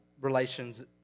relations